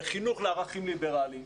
חינוך לערכים ליברליים